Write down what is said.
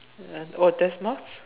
oh what test marks